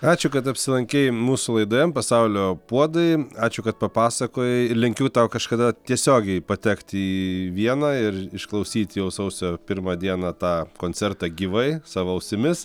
ačiū kad apsilankei mūsų laidoje pasaulio puodai ačiū kad papasakojai linkiu tau kažkada tiesiogiai patekt į vieną ir išklausyt jau sausio pirmą dieną tą koncertą gyvai savo ausimis